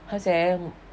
how I am